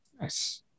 Nice